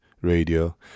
radio